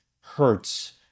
hurts